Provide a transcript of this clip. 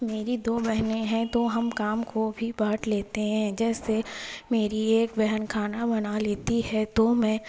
میری دو بہنیں ہیں تو ہم کام کو بھی بانٹ لیتے ہیں جیسے میری ایک بہن کھانا بنا لیتی ہے تو میں